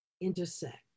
intersect